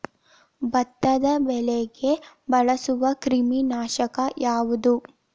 ಭತ್ತದ ಬೆಳೆಗೆ ಬಳಸುವ ಕ್ರಿಮಿ ನಾಶಕ ಯಾವುದು?